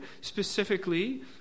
specifically